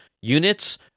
units